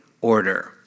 order